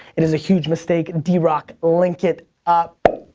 it is a huge mistake. drock, link it up.